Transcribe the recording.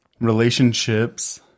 relationships